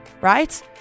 right